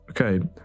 Okay